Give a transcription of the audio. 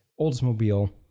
Oldsmobile